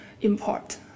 import